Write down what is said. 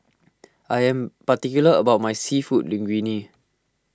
I am particular about my Seafood Linguine